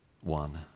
one